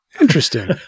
Interesting